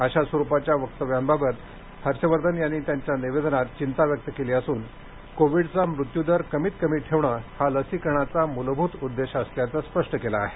अशा स्वरुपाच्या वक्तव्यांबाबबत हर्षवर्धन यांनी त्यांच्या निवेदनात चिंता व्यक्त केली असून कोविडचा मृत्यू दर कमीत कमी ठेवणे हा लसीकरणाचा मूलभूत उद्देश असल्याचं स्पष्ट केलं आहे